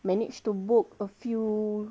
managed to book a few